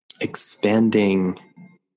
expanding